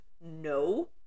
no